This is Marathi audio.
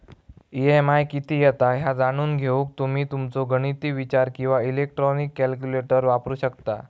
ई.एम.आय किती येता ह्या जाणून घेऊक तुम्ही तुमचो गणिती विचार किंवा इलेक्ट्रॉनिक कॅल्क्युलेटर वापरू शकता